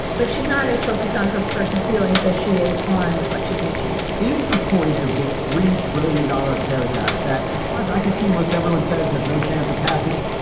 but she's not as focused on her personal feelings as she is on what she can achieve is the point of this three trillion dollar carries out that, as far as i could see, most everyone says has no chance of passage.